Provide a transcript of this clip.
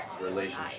relationship